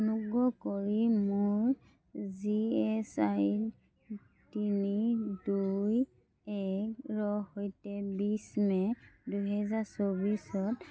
অনুগ্ৰহ কৰি মোৰ জি এইচ আই তিনি দুই একৰ সৈতে বিছ মে' দুহেজাৰ চৌব্বিছত